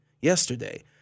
yesterday